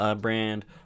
brand